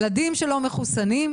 ילדים לא מחוסנים,